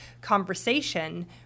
conversation